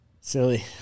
Silly